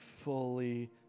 fully